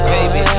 Baby